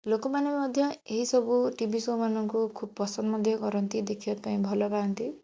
ଲୋକମାନେ ମଧ୍ୟ ଏହିସବୁ ଟି ଭି ସୋ ମାନଙ୍କୁ ଖୁବ ପସନ୍ଦ ମଧ୍ୟ କରନ୍ତି ଦେଖିବା ପାଇଁ ଭଲ ପାଆନ୍ତି